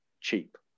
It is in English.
cheap